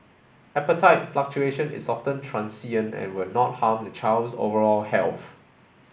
appetite fluctuation is often transient and will not harm the child's overall health